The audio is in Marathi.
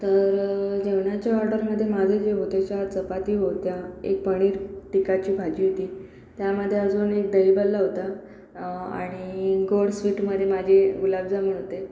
तर जेवणाच्या ऑर्डरमध्ये माझं जे होतं चार चपाती होत्या एक पनीर टिक्काची भाजी होती त्यामध्ये अजून एक दही भल्ला होता आणि गोड स्वीटमध्ये माझे गुलाबजाम होते